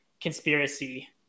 conspiracy